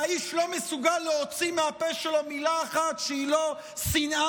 והאיש לא מסוגל להוציא מהפה שלו מילה אחת שהיא לא שנאה,